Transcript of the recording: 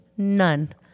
none